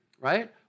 right